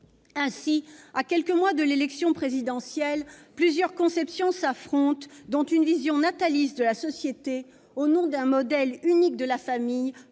Ainsi, à quelques mois de l'élection présidentielle, plusieurs conceptions s'affrontent, dont une vision nataliste de la société au nom d'un modèle unique de la famille,